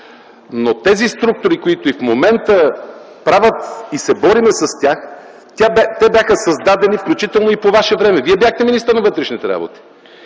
Тези структури, които и в момента правят, и се борим с тях, те бяха създадени включително и по Ваше време. Вие бяхте министър на вътрешните работи.